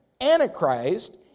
Antichrist